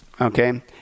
Okay